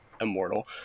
immortal